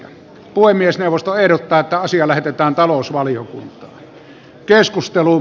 puhemiesneuvosto ehdottaa että asia lähetetään talousvaliokuntaan